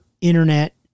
Internet